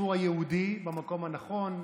בסיפור היהודי, במקום הנכון,